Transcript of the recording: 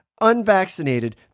unvaccinated